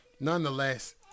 nonetheless